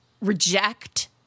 reject